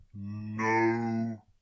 No